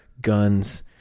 guns